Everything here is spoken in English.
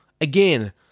again